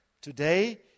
Today